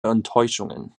enttäuschungen